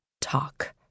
Talk